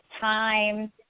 time